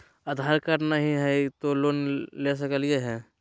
आधार card नही हय, तो लोन ले सकलिये है?